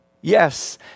Yes